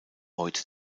heute